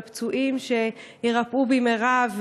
לפצועים שיירפאו במהרה,